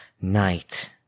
night